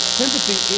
sympathy